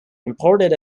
imported